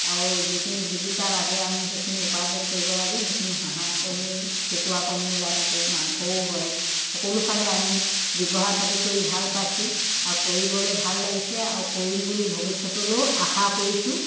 আৰু যিখিনি জীৱিকা লাগে আমি সেইখিনি উপাৰ্জন কৰিব লাগে সেইখিনি হাঁহ কণী কুকুৰা কণী ওলাই থাকে মাংসও হয় সকলো ফালে আমি ব্যৱহাৰ পাতি কৰি ভাল পাইছোঁ আৰু কৰিবলৈ ভাল লাগিছে আৰু কৰিম বুলি ভৱিষ্যতলৈয়ো আশা কৰিছোঁ